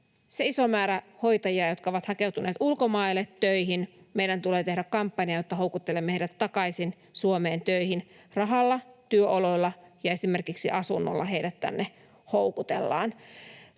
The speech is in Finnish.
iso määrä hoitajia, jotka ovat hakeutuneet ulkomaille töihin. Meidän tulee tehdä kampanja, jotta houkuttelemme heidät takaisin Suomeen töihin. Rahalla, työoloilla ja esimerkiksi asunnolla heidät tänne houkutellaan.